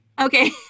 Okay